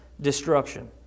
destruction